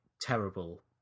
terrible